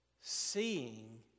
seeing